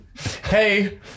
hey